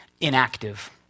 inactive